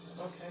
Okay